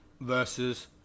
versus